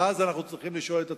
ואז אנחנו צריכים לשאול את עצמנו,